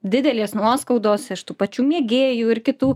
didelės nuoskaudos iš tų pačių mėgėjų ir kitų